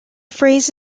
phrase